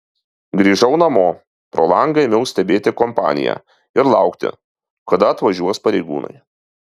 grįžau namo pro langą ėmiau stebėti kompaniją ir laukti kada atvažiuos pareigūnai